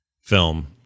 film